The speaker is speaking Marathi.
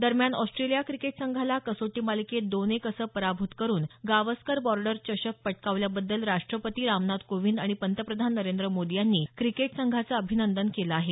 दरम्यान ऑस्ट्रेलिया क्रिकेट संघाला कसोटी मालिकेत दोन एक असं पराभूत करुन गावसकर बॉर्डर चषक पटकावल्याबद्दल राष्ट्रपती रामनाथ कोविंद आणि पंतप्रधान नरेंद्र मोदी क्रिकेट संघाचं अभिनंदन केलं आहे